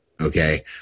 okay